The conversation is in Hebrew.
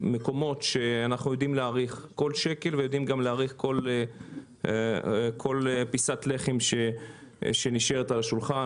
ממקומות שאנחנו יודעים להעריך כל שקל וכל פיסת לחם שנשארת על השולחן.